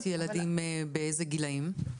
500 ילדים באילו גילאים?